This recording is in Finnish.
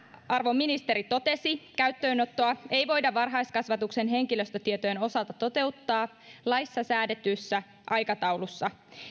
arvon ministeri totesi käyttöönottoa ei voida varhaiskasvatuksen henkilöstötietojen osalta toteuttaa laissa säädetyssä aikataulussa